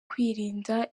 kwirinda